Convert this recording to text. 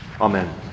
Amen